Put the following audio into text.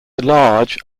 large